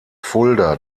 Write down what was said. fulda